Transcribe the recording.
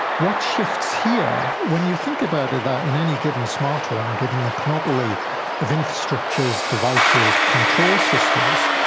what shifts here, when you think about it that in any given smart home given the panoply of infrastructures, devices, control systems,